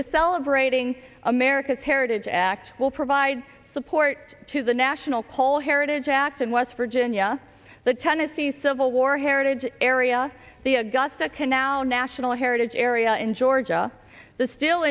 the celebrating america's heritage act will provide support to the national call heritage act and west virginia the tennessee civil war heritage area the augusta canal national heritage area enjoy the steel